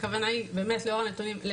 לאור הנתונים,